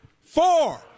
four